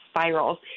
spirals